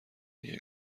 دیه